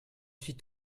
suis